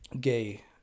gay